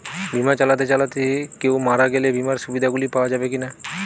বিমা চালাতে চালাতে কেও মারা গেলে বিমার সুবিধা গুলি পাওয়া যাবে কি না?